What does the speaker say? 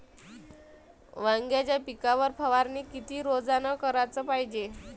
वांग्याच्या पिकावर फवारनी किती रोजानं कराच पायजे?